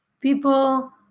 people